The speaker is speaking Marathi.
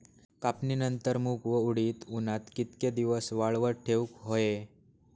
कापणीनंतर मूग व उडीद उन्हात कितके दिवस वाळवत ठेवूक व्हये?